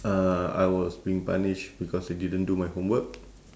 uh I was being punished because I didn't do my homework